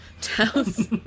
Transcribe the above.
Tells